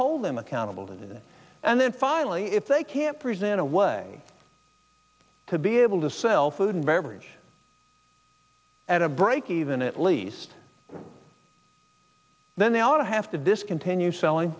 hold them accountable to do that and then finally if they can't present a way to be able to sell food and beverage at a breakeven at least then they ought to have to discontinue selling